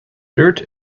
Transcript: dirt